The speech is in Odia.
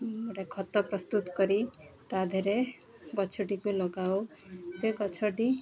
ଗୋଟେ ଖତ ପ୍ରସ୍ତୁତ କରି ତାଦିହରେ ଗଛଟିକୁ ଲଗାଉ ସେ ଗଛଟି